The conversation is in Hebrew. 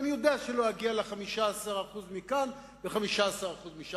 אני יודע שלא אגיע ל-15% מכאן ו-15% משם.